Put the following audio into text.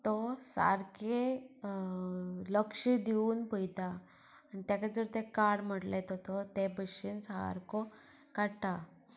तो सारकें लक्ष दिवन पळयता आनी ताका जर तें काड म्हटले तो ते भशेन सारको काडटा